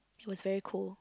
it was very cool